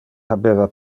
habeva